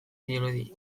dirudi